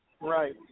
right